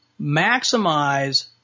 maximize